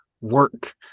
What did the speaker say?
work